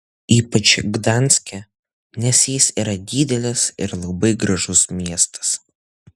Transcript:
ypač gdanske nes jis yra didelis ir labai gražus miestas